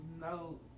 no